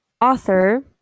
author